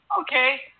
Okay